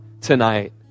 tonight